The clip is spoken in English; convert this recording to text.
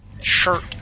shirt